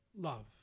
love